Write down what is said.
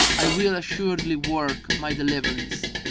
i will assuredly work my deliverance.